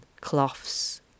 cloths